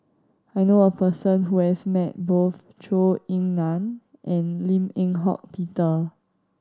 I knew a person who has met both Zhou Ying Nan and Lim Eng Hock Peter